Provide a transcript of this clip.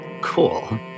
Cool